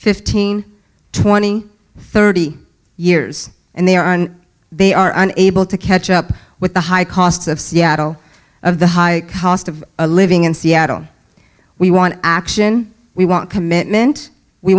and thirty years and they are on they are unable to catch up with the high costs of seattle of the high cost of living in seattle we want action we want commitment we